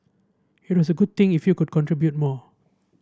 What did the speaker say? it was a good thing if you could contribute more